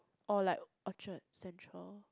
or like Orchard-Central